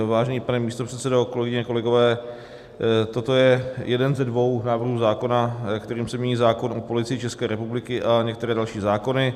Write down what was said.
Vážený pane místopředsedo, kolegyně, kolegové, toto je jeden ze dvou návrhů zákona, kterým se mění zákon o Policii ČR a některé další zákony.